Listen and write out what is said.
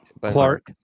Clark